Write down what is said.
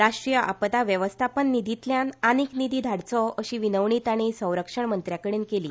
राष्ट्रीय आपदा वेवस्थापन निधींतल्यान आनिक निधी धाडचो अशी विनवणी तांणी संरक्षण मंत्र्याकडे केली